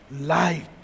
light